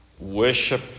worship